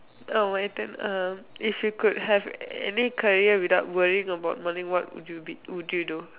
oh my turn um if you could have any career without worrying about money what be what would you do